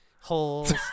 Holes